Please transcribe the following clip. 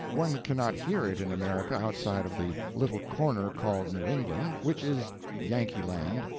one cannot hear it in america outside of the little corner called new england, which is yankee land.